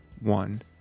one